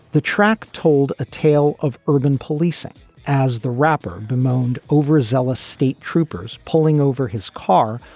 the track told a tale of urban policing as the rapper bemoaned overzealous state troopers pulling over his car,